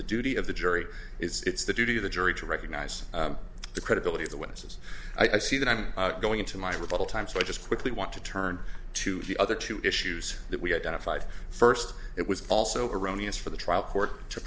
duty of the jury it's the duty of the jury to recognize the credibility of the witnesses i see that i'm going into my rebuttal time so i just quickly want to turn to the other two issues that we identified first it was also erroneous for the trial court to